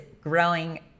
growing